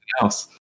else